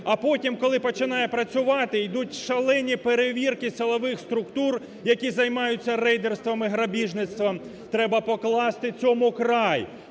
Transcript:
А потім, коли почнуть працювати, йдуть шалені перевірки силових структур, які займаються рейдерством і грабіжництвом. Треба покласти цьому край,